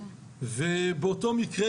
באותו מקרה,